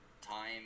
time